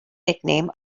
nickname